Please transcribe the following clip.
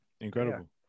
Incredible